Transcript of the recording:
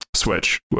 Switch